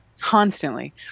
Constantly